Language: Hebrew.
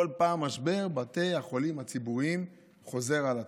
כל פעם משבר בתי החולים הציבוריים חוזר על עצמו.